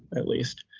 at least.